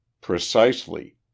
Precisely